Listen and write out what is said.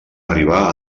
arribar